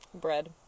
bread